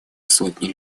сотни